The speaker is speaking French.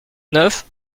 neuf